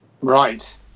right